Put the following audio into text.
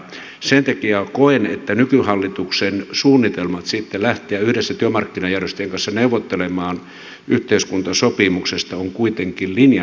sen takia koen että nykyhallituksen suunnitelmat lähteä yhdessä työmarkkinajärjestöjen kanssa neuvottelemaan yhteiskuntasopimuksesta on kuitenkin linjana oikea